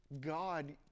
God